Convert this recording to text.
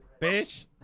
Bitch